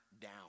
down